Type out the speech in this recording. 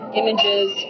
images